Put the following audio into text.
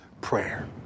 prayer